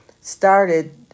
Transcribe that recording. started